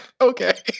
okay